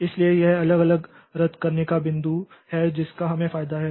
इसलिए यह अलग अलग रद्द करने का बिंदु है जिसका हमें फायदा है